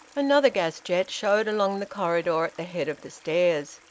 another gas jet showed along the corridor at the head of the stairs.